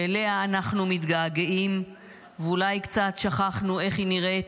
שאליה אנו מתגעגעים ואולי שכחנו קצת איך היא נראית,